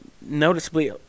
noticeably